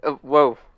Whoa